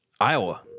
Iowa